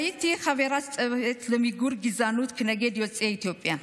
הייתי חברת צוות למיגור גזענות נגד יוצאי אתיופיה.